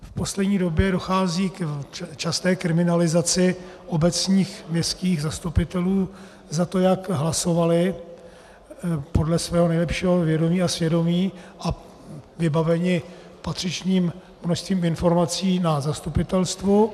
V poslední době dochází k časté kriminalizaci obecních, městských zastupitelů za to, jak hlasovali podle svého nejlepšího vědomí a svědomí a vybaveni patřičným množstvím informací na zastupitelstvu.